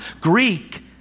Greek